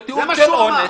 ותיאור של אונס,